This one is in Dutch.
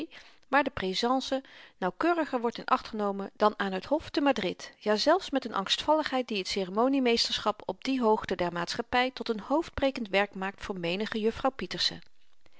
waar de préséance nauwkeuriger wordt in acht genomen dan aan t hof te madrid jazelfs met n angstvalligheid die t ceremonie meesterschap op die hoogte der maatschappy tot n hoofdbrekend werk maakt voor menige juffrouw pieterse